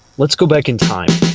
let's go back in time.